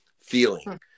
feeling